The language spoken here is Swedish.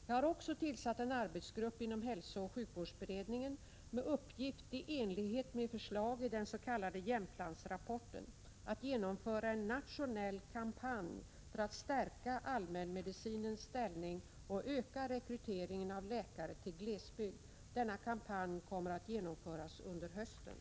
Jag har också tillsatt en arbetsgrupp inom hälsooch sjukvårdsberedningen med uppgift — i enlighet med förslag i den s.k. Jämtlandsrapporten — att genomföra en nationell kampanj för att stärka allmänmedicinens ställning och öka rekryteringen av läkare till glesbygd. Denna kampanj kommer att genomföras under hösten.